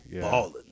Balling